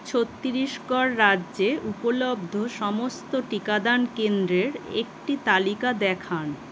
ছত্রিশগড় রাজ্যে উপলব্ধ সমস্ত টিকাদান কেন্দ্রের একটি তালিকা দেখান